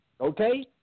Okay